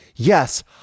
Yes